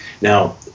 Now